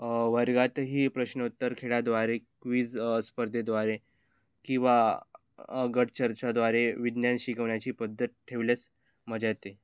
वर्गातही प्रश्नोत्तर खेळाद्वारे क्वीज स्पर्धेद्वारे किंवा गटचर्चेद्वारे विज्ञान शिकवण्याची पद्धत ठेवल्यास मजा येते